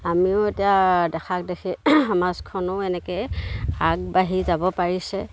আমিও এতিয়া দেখাক দেখি সমাজখনো এনেকৈ আগবাঢ়ি যাব পাৰিছে